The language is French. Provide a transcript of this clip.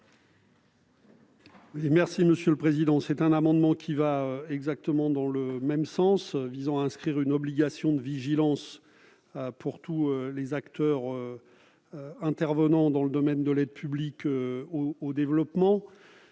est à M. Pierre Laurent. Cet amendement va exactement dans le même sens : il tend à inscrire une obligation de vigilance pour tous les acteurs intervenant dans le domaine de l'aide publique au développement.